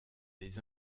des